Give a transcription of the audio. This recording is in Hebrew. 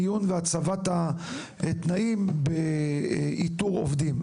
המיון והצבת התנאים באיתור עובדים.